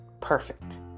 perfect